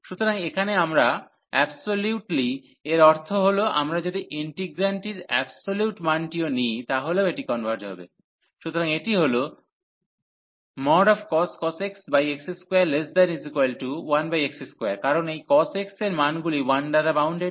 সুতরাং এখানে অ্যাবসোলিউটলি এর অর্থ হল আমরা যদি ইন্টিগ্রান্টটির অ্যাবসোলিউট মানটিও নিই তাহলেও এটি কনভার্জ হবে সুতরাং এটি হল cos x x21x2 কারণ এই cos x এর মানগুলি 1 দ্বারা বাউন্ডেড